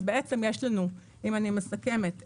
אם אני מסכמת,